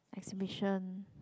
exhibition